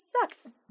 sucks